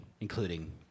including